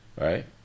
right